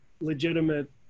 legitimate